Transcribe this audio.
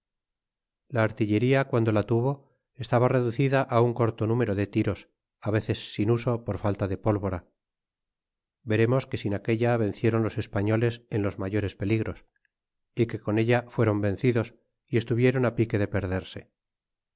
la artillería cuando la tuvo estaba reducida á un corto número de tiros veces sin uso por falta de pólvora veremos que sin aquella vencieron los españoles en los mayores peligros y que con ella fueron vencidos y estuvieron pique de perderse